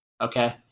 okay